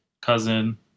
cousin